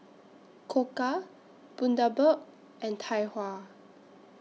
Koka Bundaberg and Tai Hua